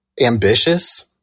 ambitious